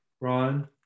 Ron